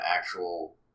actual